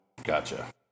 Gotcha